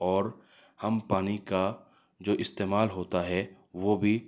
اور ہم پانی کا جو استعمال ہوتا ہے وہ بھی